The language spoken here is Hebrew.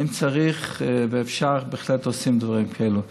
אם צריך ואפשר, בהחלט עושים דברים כאלה.